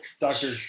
Doctor